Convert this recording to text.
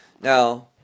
Now